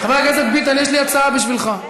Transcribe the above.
חבר הכנסת ביטן, יש לי הצעה בשבילך.